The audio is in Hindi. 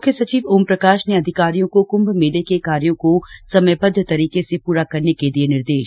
मुख्य सचिव ओमप्रकाश ने अधिकारियों को कुम्भ मेले के कार्यो को समयबद्ध तरीके से पूरा करने के दिए निर्देश